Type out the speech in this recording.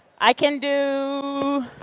i can do,